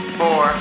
four